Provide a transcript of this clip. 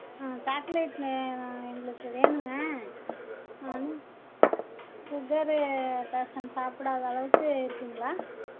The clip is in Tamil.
ம் சாக்லேட்டு எங்களுக்கு வேணுங்க சுகரு பேஷண்ட்டு சாப்பிடாத அளவுக்கு இருக்குங்களா